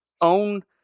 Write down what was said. own